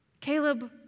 Caleb